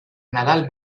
nadal